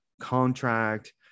contract